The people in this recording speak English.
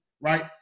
right